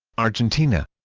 argentina